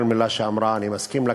כל מילה שאמרה אני מסכים לה,